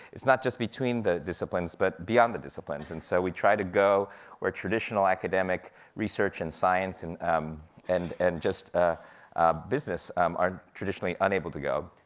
it's not just between the disciplines, but beyond the disciplines, and so we try to go where traditional academic research and science, and um and and just ah business um are traditionally unable to go.